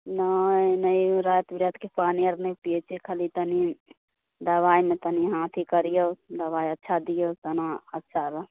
नहि नहि रात बिरातके पानी आर नहि पियै छी खाली तनि दवाइमे तनि ई करियौ दवाइ अच्छा दियौ तहन ने अच्छा रह